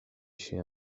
chez